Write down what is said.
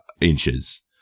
inches